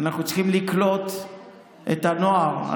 אנחנו צריכים לקלוט את הנוער.